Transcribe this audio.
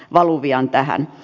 valuvian tähän